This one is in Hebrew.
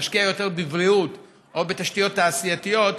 להשקיע יותר בבריאות או בתשתיות תעשייתיות,